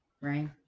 Right